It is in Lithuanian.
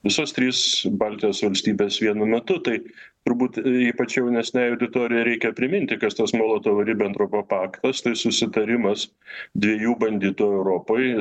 visos trys baltijos valstybės vienu metu tai turbūt ypač jaunesniajai auditorijai reikia priminti kas tas molotovo ribentropo paktas tai susitarimas dviejų banditų europoj